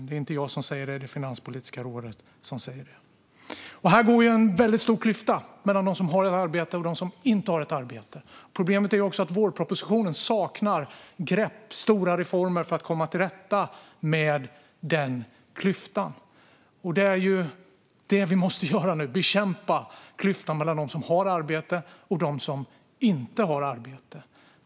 Det är inte jag som säger det. Det är Finanspolitiska rådet som säger det. Det är en väldigt stor klyfta mellan dem som har ett arbete och dem som inte har ett arbete. Problemet är också att vårpropositionen saknar stora reformer för att komma till rätta med den klyftan. Det vi måste göra nu är ju att bekämpa klyftan mellan dem som har arbete och dem som inte har arbete.